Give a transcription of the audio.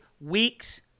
weeks